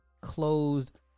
closed